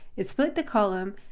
it split the column,